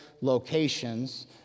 locations